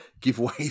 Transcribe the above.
giveaway